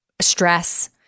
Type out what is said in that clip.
stress